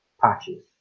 patches